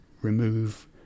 remove